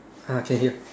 ah can hear